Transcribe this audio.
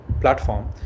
platform